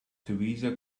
theresa